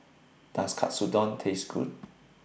Does Katsudon Taste Good